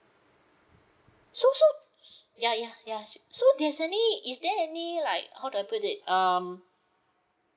so so ya ya ya so there's any is there any like how do I put it um